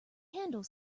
handle